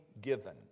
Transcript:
given